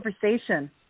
conversation